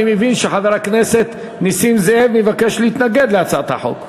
אני מבין שחבר הכנסת נסים זאב מבקש להתנגד להצעת החוק.